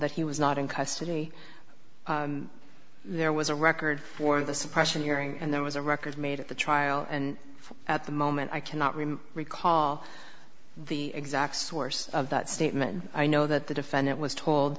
that he was not in custody there was a record for the suppression hearing and there was a record made at the trial and at the moment i cannot really recall the exact source of that statement i know that the defendant was told